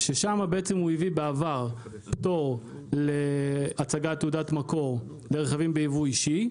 ששם הוא הביא בעבר פטור להצגת תעודת מקור לרכבים ביבוא אישי,